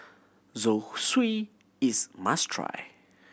zosui is must try